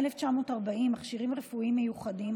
1940 (מכשירים רפואיים מיוחדים),